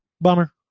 bummer